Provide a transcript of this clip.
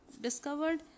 discovered